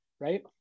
right